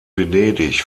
venedig